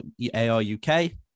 ARUK